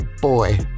Boy